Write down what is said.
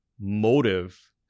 motive